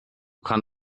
kann